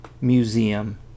Museum